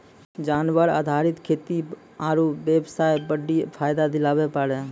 जानवर आधारित खेती आरू बेबसाय बड्डी फायदा दिलाबै पारै